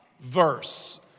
verse